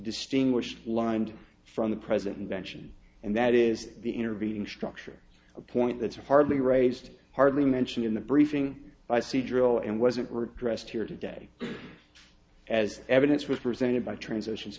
distinguish lined from the present invention and that is the intervening structure a point that's hardly raised hardly mentioned in the briefing by seadrill and wasn't were addressed here today as evidence was presented by transitions